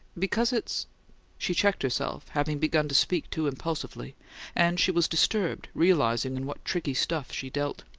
because it's she checked herself, having begun to speak too impulsively and she was disturbed, realizing in what tricky stuff she dealt.